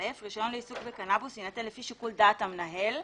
(א) רישיון לעיסוק בקנבוס יינתן לפי שיקול דעתו של המנהל,